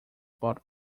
about